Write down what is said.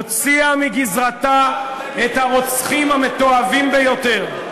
הוציאה את הרוצחים המתועבים ביותר.